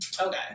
Okay